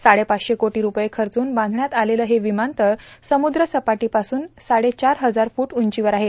साडेपाचशे कोटी रूपये खर्चून बांधण्यात आलेलं हे विमानतळ समुद्रसपाटीपासून साडेचार हजार फूट उंचीवर आहे